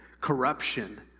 corruption